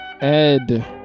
Ed